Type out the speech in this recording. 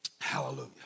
Hallelujah